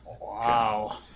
Wow